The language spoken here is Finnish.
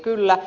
kyllä